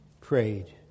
prayed